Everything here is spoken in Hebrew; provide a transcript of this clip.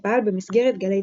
שפעל במסגרת גלי צה"ל.